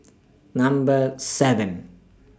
Number seven